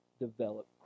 develop